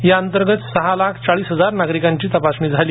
याअंतर्गत सहा लाख चाळीस हजार नागरिकांची तपासणी झाली